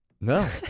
No